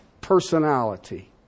personality